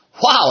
Wow